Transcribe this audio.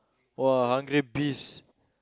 !wah! hungry beast